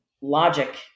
logic